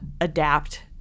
adapt